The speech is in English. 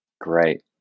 Great